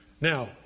Now